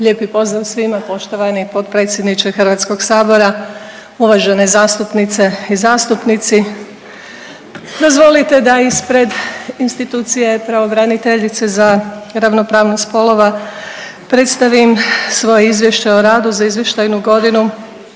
Lijepi pozdrav svima. Poštovani potpredsjedniče HS-a, uvažene zastupnice i zastupnici. Dozvolite da ispred institucije pravobraniteljice za ravnopravnost spolova predstavim svoj izvještaj o radu za izvještajnu godinu